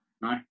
No